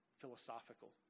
philosophical